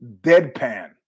deadpan